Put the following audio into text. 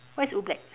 what is Ublex